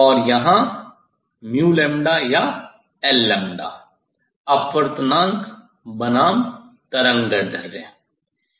और यहाँ या L अपवर्तनांक बनाम तरंगदैर्ध्य